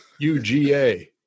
UGA